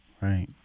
Right